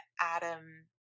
Adam